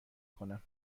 کنم